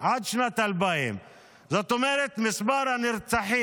עד שנת 2000. זאת אומרת, מספר הנרצחים